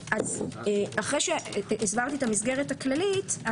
אחרי שהסברתי את המסגרת הכללית,